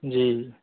जी